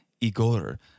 Igor